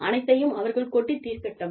அனைத்தையும் அவர்கள் கொட்டித் தீர்க்கட்டும்